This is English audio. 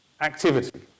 activity